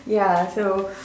ya so